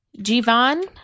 jivan